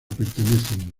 pertenecen